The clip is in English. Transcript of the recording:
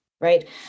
right